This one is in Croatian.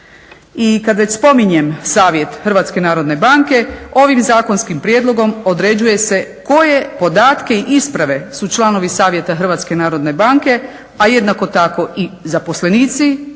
I kad već spominjem savjet Hrvatske narodne banke ovim zakonskim prijedlogom određuje se koje podatke i isprave su članovi savjeta Hrvatske narodne banke a jednako tako i zaposlenici